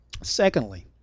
Secondly